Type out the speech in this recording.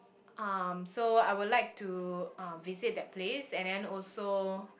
um so I would like to uh visit that place and then also